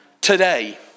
today